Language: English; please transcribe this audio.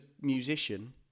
musician